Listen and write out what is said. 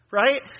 right